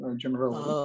general